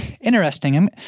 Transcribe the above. Interesting